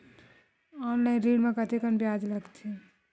Online ऋण म कतेकन ब्याज लगथे?